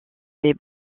des